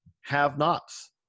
have-nots